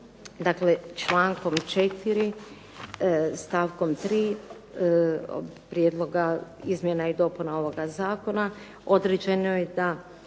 Dakle, člankom 4. stavkom 3. prijedloga izmjena i dopuna ovoga zakona određeno je da